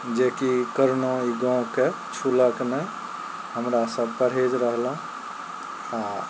जेकि करोना ई गाँवके छूलक नहि हमरा सब परहेज रहलहुँ आओर